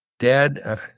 Dad